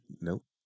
Nope